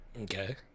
okay